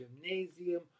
gymnasium